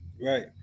Right